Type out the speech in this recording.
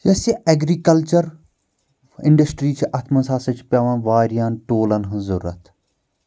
یۄس یہِ agriculture industry چھِ اتھ منٛز ہسا چھِ پؠوان واریاہَن ٹوٗلَن ہٕنٛز ضوٚرَتھ